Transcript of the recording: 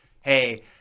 hey